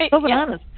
bananas